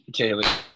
okay